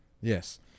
Yes